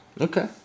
Okay